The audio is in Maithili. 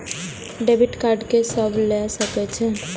डेबिट कार्ड के सब ले सके छै?